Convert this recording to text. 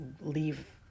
leave